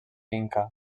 inca